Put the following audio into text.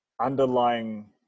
underlying